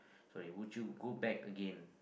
sorry would you go back again